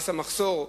מס המחסור.